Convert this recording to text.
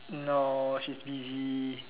no she's busy